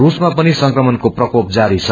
स्समा पनि संक्रमणको प्रकोप जारी छ